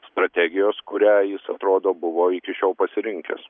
strategijos kurią jis atrodo buvo iki šiol pasirinkęs